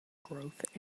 growth